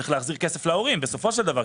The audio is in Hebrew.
צריך להחזיר כסף להורים בסופו של דבר,